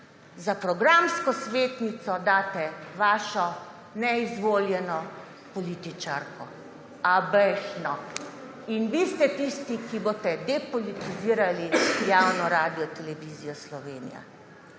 Za programsko svetnico daste vašo neizvoljeno političarko. A, dajte, no! In vi ste tisti, ki boste depolitizirali javno Radiotelevizija Slovenija.